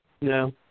No